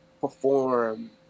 perform